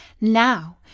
Now